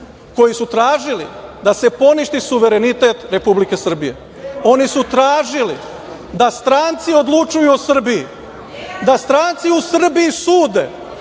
koji su tražili da se poništi suverenitet Republike Srbije. Oni su tražili da stranci u Srbiji sude, da stranci u Srbiji